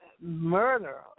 murder